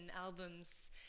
albums